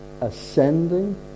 ascending